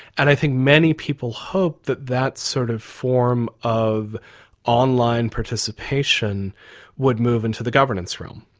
and i think many people hoped that that sort of form of online participation would move into the governance realm.